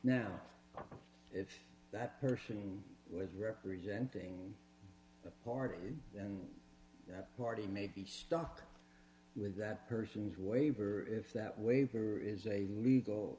now if that person was representing the party then that party may be stuck with that person's waiver if that waiver is a